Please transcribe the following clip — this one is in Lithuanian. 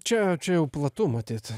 čia čia jau platu matyt